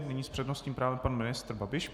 Nyní s přednostním právem pan ministr Babiš.